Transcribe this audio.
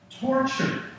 torture